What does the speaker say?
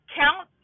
count